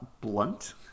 blunt